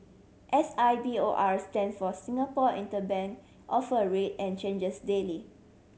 S I B O R stands for Singapore Interbank Offer Rate and changes daily